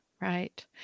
right